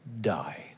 die